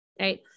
Right